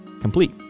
complete